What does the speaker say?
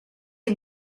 est